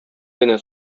генә